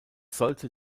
sollte